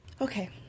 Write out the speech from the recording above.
Okay